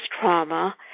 trauma